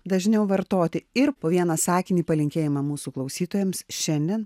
dažniau vartoti ir po vieną sakinį palinkėjimą mūsų klausytojams šiandien